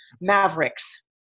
mavericks